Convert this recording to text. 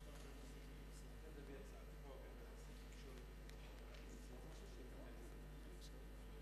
ההצעה לכלול את הנושא בסדר-היום של הכנסת נתקבלה.